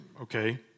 okay